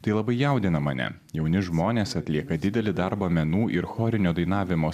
tai labai jaudina mane jauni žmonės atlieka didelį darbą menų ir chorinio dainavimo